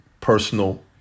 personal